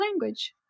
language